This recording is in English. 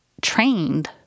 trained